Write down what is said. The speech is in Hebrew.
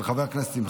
לוועדה שתקבע